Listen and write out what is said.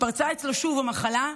התפרצה אצלו שוב המחלה,